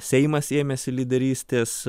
seimas ėmėsi lyderystės